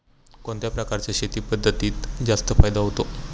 कोणत्या प्रकारच्या शेती पद्धतीत जास्त फायदा होतो?